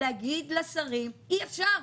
להגיד לשרים "אי-אפשר".